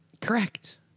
Correct